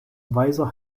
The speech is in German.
weiser